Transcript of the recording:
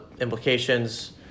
implications